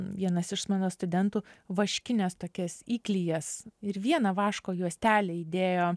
vienas iš mano studentų vaškines tokias įklijas ir vieną vaško juostelę įdėjo